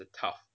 tough